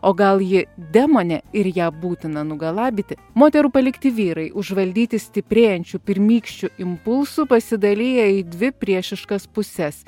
o gal ji demonė ir ją būtina nugalabyti moterų palikti vyrai užvaldyti stiprėjančių pirmykščių impulsų pasidalija į dvi priešiškas puses